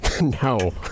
No